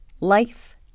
Life